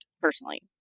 personally